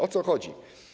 O co chodzi?